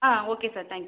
ah okay sir thank you